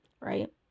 right